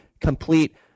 complete